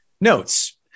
Notes